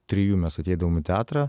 trijų mes ateidavom į teatrą